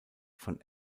von